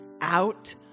out